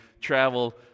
travel